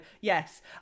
yes